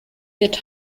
wird